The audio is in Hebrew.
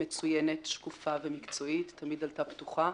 מצוינת, שקופה ומקצועית, תמיד דלתה פתוחה,